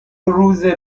روزه